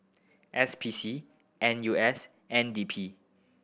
S P C N U S N D P